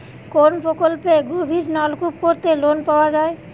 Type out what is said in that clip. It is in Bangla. কোন প্রকল্পে গভির নলকুপ করতে লোন পাওয়া য়ায়?